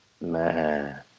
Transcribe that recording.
Man